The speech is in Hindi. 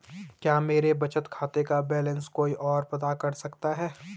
क्या मेरे बचत खाते का बैलेंस कोई ओर पता कर सकता है?